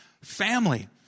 Family